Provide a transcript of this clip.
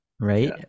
Right